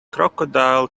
crocodile